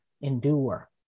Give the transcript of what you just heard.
endure